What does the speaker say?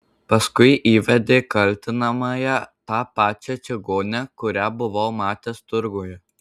paskui įvedė kaltinamąją tą pačią čigonę kurią buvau matęs turguje